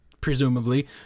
presumably